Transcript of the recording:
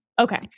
Okay